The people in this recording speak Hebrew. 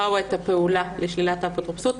או את הפעולה לשלילת האפוטרופסות.